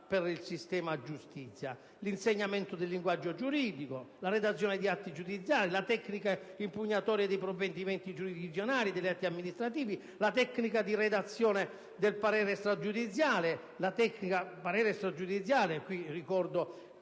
per il sistema giustizia. L'insegnamento del linguaggio giuridico, la redazione degli atti giudiziari, la tecnica impugnatoria dei provvedimenti giurisdizionali e degli atti amministrativi, la tecnica di redazione del parere stragiudiziale - ricordo in questa sede le battaglie